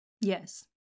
yes